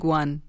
one